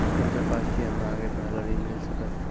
Inter pass छी हम्मे आगे पढ़े ला ऋण मिल सकत?